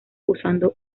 usando